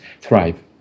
thrive